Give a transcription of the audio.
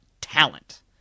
talent